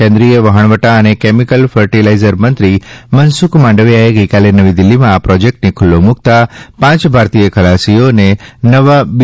કેન્દ્રીય વહાણવટા અને કેમિકલ ફર્ટિલાઇઝર મંત્રીશ્રી મનસુખ માંડવીયાએ ગઈકાલે નવી દિલ્હીમાં આ પ્રોજેક્ટને ખુલ્લો મુકતા પાંચ ભારતીય ખલાસીઓને નવા બી